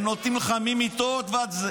והם נותנים לך, ממיטות ועד זה.